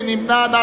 מי נמנע?